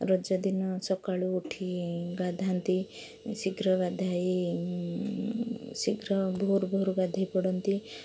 ରଜଦିନ ସକାଳୁ ଉଠି ଗାଧାନ୍ତି ଶୀଘ୍ର ଗାଧୋଇ ଶୀଘ୍ର ଭୋରୁ ଭୋରୁ ଗାଧୋଇ ପଡ଼ନ୍ତି